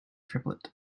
triplet